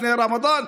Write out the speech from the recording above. לפני הרמדאן,